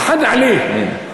מאיחן עליה,